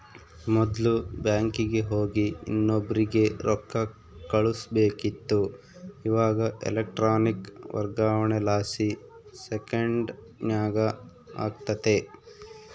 ಮೊದ್ಲು ಬ್ಯಾಂಕಿಗೆ ಹೋಗಿ ಇನ್ನೊಬ್ರಿಗೆ ರೊಕ್ಕ ಕಳುಸ್ಬೇಕಿತ್ತು, ಇವಾಗ ಎಲೆಕ್ಟ್ರಾನಿಕ್ ವರ್ಗಾವಣೆಲಾಸಿ ಸೆಕೆಂಡ್ನಾಗ ಆಗ್ತತೆ